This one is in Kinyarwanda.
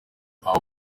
abo